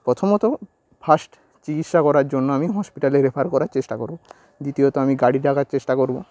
প্রথমত ফাস্ট চিকিৎসা করার জন্য আমি হসপিটালে রেফার করার চেষ্টা করব দ্বিতীয়ত আমি গাড়ি ডাকার চেষ্টা করব